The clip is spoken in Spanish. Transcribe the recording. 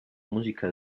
música